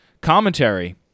commentary